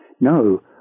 No